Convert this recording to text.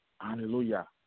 hallelujah